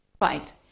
Right